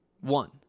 One